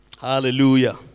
Hallelujah